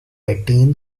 eighteen